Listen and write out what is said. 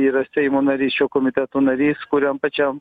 yra seimo narys šio komiteto narys kuriam pačiam